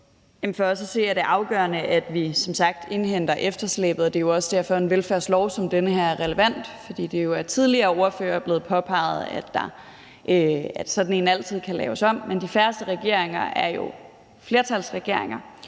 at se er det afgørende, at vi som sagt indhenter efterslæbet, og det er også derfor, at en velfærdslov som den her er relevant. For det er jo af tidligere ordførere blevet påpeget, at sådan en altid kan laves om, men de færreste regeringer er flertalsregeringer,